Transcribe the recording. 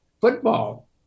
football